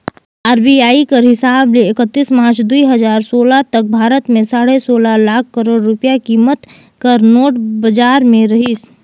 RBI कर हिसाब ले एकतीस मार्च दुई हजार सोला तक भारत में साढ़े सोला लाख करोड़ रूपिया कीमत कर नोट बजार में रहिस